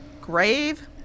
grave